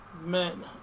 men